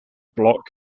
block